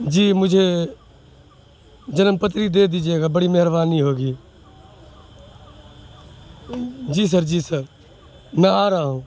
جی مجھے جنم پتری دے دیجیے گا بڑی مہربانی ہوگی جی سر جی سر میں آ رہا ہوں